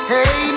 Hey